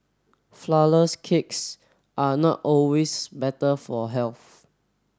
flourless cakes are not always better for health